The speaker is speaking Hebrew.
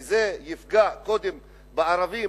כי זה יפגע קודם בערבים,